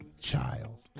child